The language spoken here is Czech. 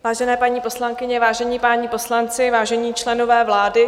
Vážené paní poslankyně, vážení páni poslanci, vážení členové vlády.